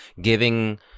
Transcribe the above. giving